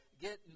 get